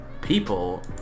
People